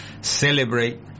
celebrate